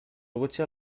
retire